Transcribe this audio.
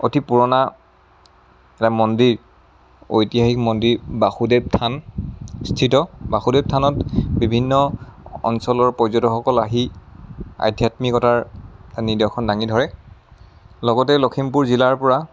অতি পুৰণা এটা মন্দিৰ ঐতিহাসিক মন্দিৰ বাসুদেৱ থান স্থিত বাসুদেৱ থানত বিভিন্ন অঞ্চলৰ পৰ্যটকসকল আহি আধ্যাত্মিকতাৰ নিদৰ্শন দাঙি ধৰে লগতে লখিমপুৰ জিলাৰ পৰা